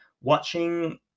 watching